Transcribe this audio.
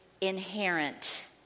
inherent